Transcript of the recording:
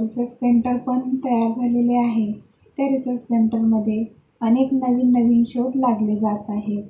research centre पण तयार झालेले आहे त्या रिसर्च सेंटरमध्ये अनेक नवीन नवीन शोध लागले जात आहेत